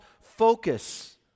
focus